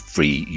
Free